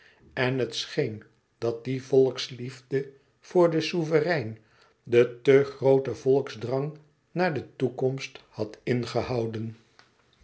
en het scheen dat die volksliefde voor den souverein de te grooten volksdrang naar de toekomst had ingehouden